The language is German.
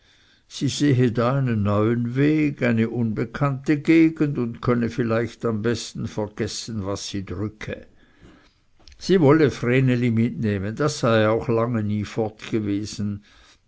einen neuen weg eine unbekannte gegend und könne vielleicht am besten vergessen was sie drücke sie wolle vreneli mitnehmen das sei auch lange nie